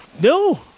No